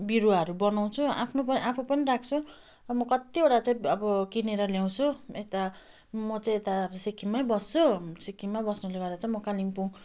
बिरुवाहरू बनाउँछु आफ्नो पनि आफू पनि राख्छु र म कतिवटा चाहिँ अब किनेर ल्याउँछु यता म चाहिँ यता सिक्किममै बस्छु सिक्किममै बस्नुले गर्दा चाहिँ म कालिम्पोङ